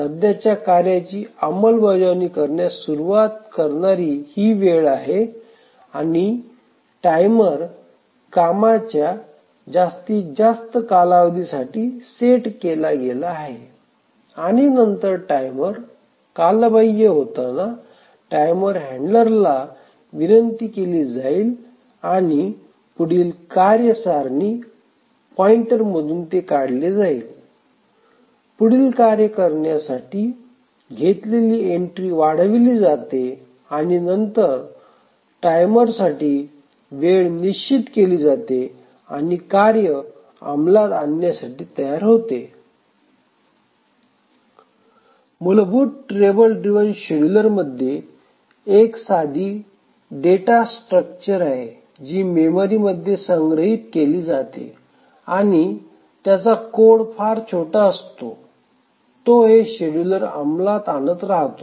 सध्याच्या कार्याची अंमलबजावणी करण्यास सुरूवात करणारी ही वेळ आहे आणि टायमर कामाच्या जास्तीत जास्त कालावधी साठी सेट केला गेला आहे आणि नंतर टाइमर कालबाह्य होताना टायमर हँडलरला विनंती केली जाईल आणि पुढील कार्य सारणी व पॉईंटरमधून ते काढले जाईल पुढील कार्य करण्यासाठी घेतलेली एंट्री वाढविली जाते आणि नंतर टाइमरसाठी वेळ निश्चित केली जाते आणि कार्य अमलात आणण्यासाठी तयार होते मूलभूत टेबल ड्रिव्हन शेड्यूलरमध्ये एक साधी डेटा स्ट्रक्चर आहे जी मेमरीमध्ये संग्रहित केली जाते आणि त्यांचा कोड छोटा असतो आणि तो हे शेड्युलर अंमलात आणत राहतो